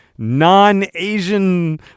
non-Asian